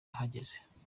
ahageze